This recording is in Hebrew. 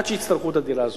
עד שיצטרכו את הדירה הזאת.